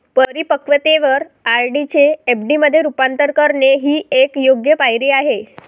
परिपक्वतेवर आर.डी चे एफ.डी मध्ये रूपांतर करणे ही एक योग्य पायरी आहे